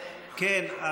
כן.